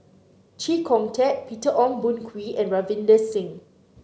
Chee Kong Tet Peter Ong Boon Kwee and Ravinder Singh